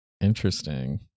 Interesting